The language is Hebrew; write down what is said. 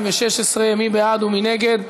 התשע"ו 2016. מי בעד ומי נגד?